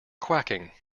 quacking